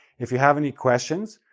if you have any questions,